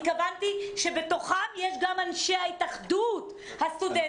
התכוונתי שבתוכם יש גם את אנשי התאחדות הסטודנטים.